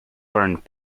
burned